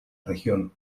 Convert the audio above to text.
región